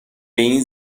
این